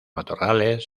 matorrales